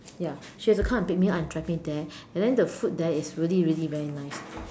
ya she had to come pick me up and drive me there and then the food is really really very nice